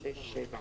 שבעה.